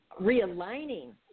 realigning